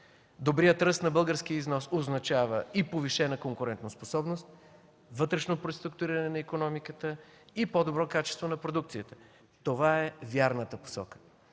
Добрият ръст на българския износ означава и повишена конкурентоспособност, вътрешно преструктуриране на икономиката и по-добро качество на продукцията – това е вярната посока.